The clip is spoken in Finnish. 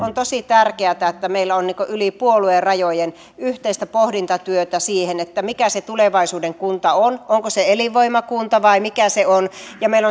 on tosi tärkeätä että meillä on yli puoluerajojen yhteistä pohdintatyötä siihen mikä se tulevaisuuden kunta on onko se elinvoimakunta vai mikä se on meillä